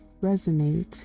resonate